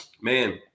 man